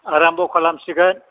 आराम्ब' खालामसिगोन